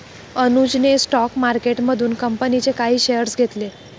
अनुजने स्टॉक मार्केटमधून कंपनीचे काही शेअर्स घेतले